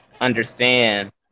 understand